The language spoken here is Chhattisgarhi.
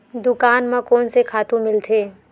दुकान म कोन से खातु मिलथे?